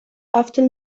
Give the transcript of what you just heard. after